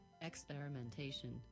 experimentation